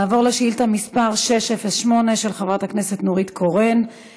נעבור לשאילתה מס' 608 של חברת הכנסת נורית קורן: